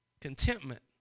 Contentment